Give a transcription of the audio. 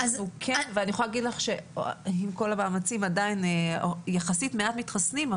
ואני יכולה להגיד לך שעם כל המאמצים עדיין יחסית מעט מתחסנים,